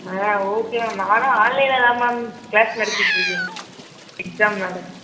ஆ okay ma'am நானும் ஆன்லைனில் தான் மேம் க்ளாஸ் நடத்திகிட்டு இருக்கேன் எக்ஸாம்னால்